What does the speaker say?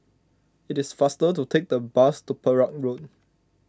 it is faster to take the bus to Perak Road